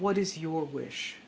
what is your wish